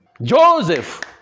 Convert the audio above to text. Joseph